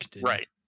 Right